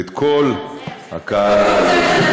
ואת כל הקהל הקדוש הזה.